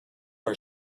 are